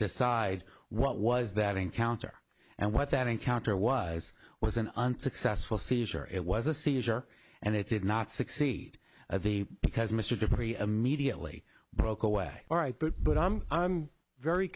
decide what was that encounter and what that encounter was was an unsuccessful seizure it was a seizure and they did not succeed at the because mr dupree immediately broke away all right but but i'm i'm very